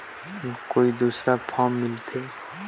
खेती ऋण लेहे बार कोन कोन कागज लगथे?